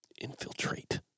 infiltrate